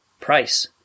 Price